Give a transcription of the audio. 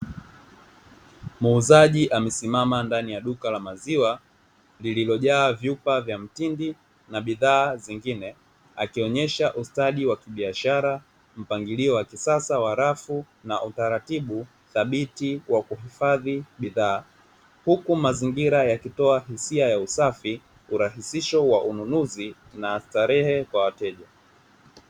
Muuzaji amesimama ndani ya duka la maziwa lililojaa vyupa vya mtindi na bidhaa zingine, akionyesha ustadi wa kibiashara mpangilio wa kisasa wa rafu na utaratibu thabiti wa kuhifadhi bidhaa huku mazingira yakitoa hisia ya usafi, urahisisho wa ununuzi na starehe kwa wateja.